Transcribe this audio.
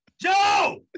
Joe